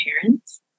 parents